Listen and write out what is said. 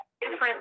different